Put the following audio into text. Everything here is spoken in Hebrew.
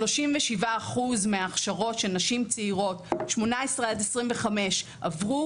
37% מה הכשרות של נשים צעירות 18 עד 25 עברו,